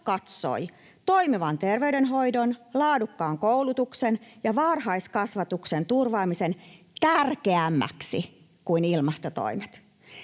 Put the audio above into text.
katsoi toimivan terveydenhoidon sekä laadukkaan koulutuksen ja varhaiskasvatuksen turvaamisen tärkeämmiksi kuin ilmastotoimet.